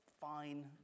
fine